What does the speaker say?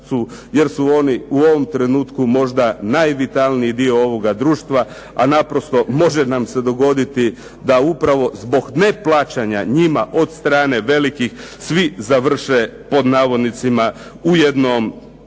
jer su oni u ovom trenutku najvitalniji dio ovoga društva, a može nam se dogoditi da upravo zbog neplaćanja njima od strane velikih svi završe „u jednom